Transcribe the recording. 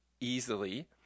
easily